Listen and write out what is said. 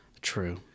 true